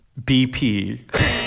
BP